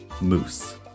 moose